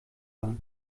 war